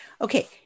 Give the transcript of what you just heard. Okay